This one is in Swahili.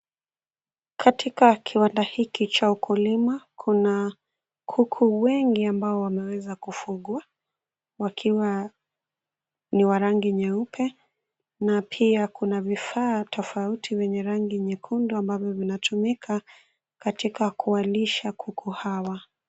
Katika kiota hiki cha ukulima, kuna kuku wengi ambao wameweza kufugwa wakiwa ni wa rangi nyeupe na pia kuna vifaa tofauti vyenye rangi nyekundu ambavyo vinatumika katika kuwalisha kuku hawa.